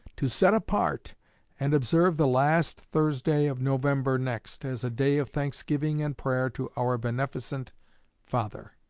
to set apart and observe the last thursday of november next as a day of thanksgiving and prayer to our beneficent father,